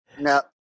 No